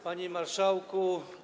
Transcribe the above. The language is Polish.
Panie Marszałku!